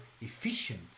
efficient